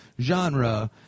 genre